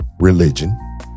religion